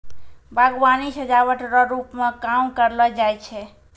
बागवानी सजाबट रो रुप मे काम करलो जाय छै